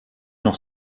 noch